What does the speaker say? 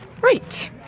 Right